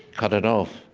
cut it off.